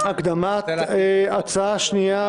הקדמת הצעה שנייה,